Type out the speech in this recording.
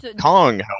Kong